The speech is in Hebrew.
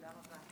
תודה רבה.